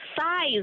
size